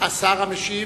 השר המשיב,